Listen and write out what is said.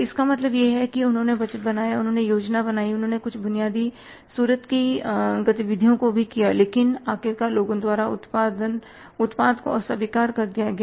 तो इसका मतलब यह है कि उन्होंने बजट बनाया उन्होंने योजना बनाई उन्होंने कुछ बुनियादी सूरत की गतिविधियों को किया लेकिन आखिरकार लोगों द्वारा उत्पाद को अस्वीकार कर दिया गया